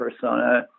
persona